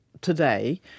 today